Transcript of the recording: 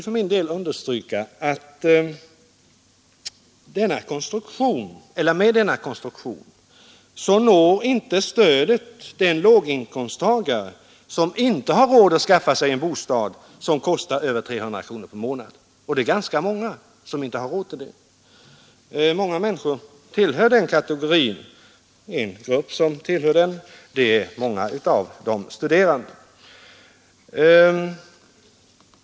För min del vill jag understryka att med denna konstruktion når stödet inte den låginkomsttagare, som inte har råd att skaffa sig en bostad som kostar över 300 kronor per månad. Det är ganska många människor som tillhör den kategorin, bland dem många av de studerande.